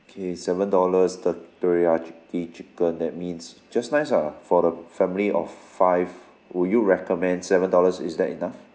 K seven dollars the teriyaki chicken that means just nice ah for the family of five would you recommend seven dollars is that enough